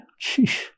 Sheesh